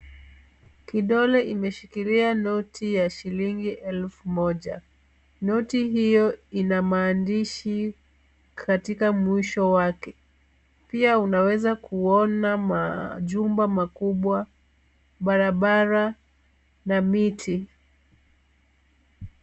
Kidole imeshikilia noti ya shilingi elfu moja. Noti hiyo ina maandishi katika mwisho wake, pia unaweza kuona majumba makubwa , barabara na miti.